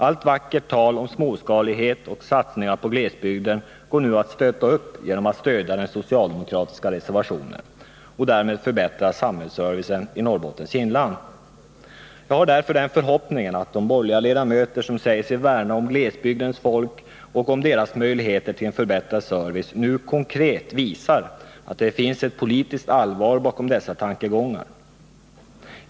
Allt vackert tal om småskalighet och satsningar på glesbygden går det nu att stötta upp genom att stödja den socialdemokratiska reservationen och därmed förbättra samhällsservicen i Norrbottens inland. Jag har därför den förhoppningen att de borgerliga ledamöter som säger sig värna om glesbygdens folk och deras möjligheter till förbättrad service nu konkret visar att det finns ett politiskt allvar bakom dessa tankegångar.